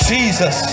Jesus